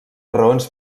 raons